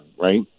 Right